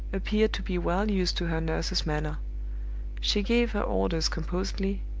appeared to be well used to her nurses manner she gave her orders composedly,